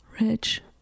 Rich